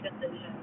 decision